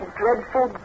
dreadful